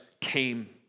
came